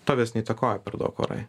tavęs neįtakoja per daug orai